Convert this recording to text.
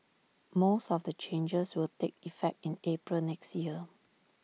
most of the changes will take effect in April next year